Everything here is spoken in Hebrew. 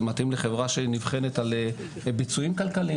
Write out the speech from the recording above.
זה מתאים לחברה שנבחנת על ביצועים כלכליים,